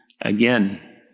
again